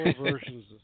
versions